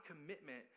commitment